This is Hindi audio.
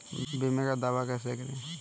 बीमे का दावा कैसे करें?